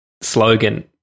slogan